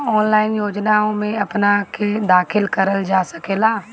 का ऑनलाइन योजनाओ में अपना के दाखिल करल जा सकेला?